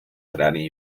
crani